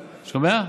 שומע?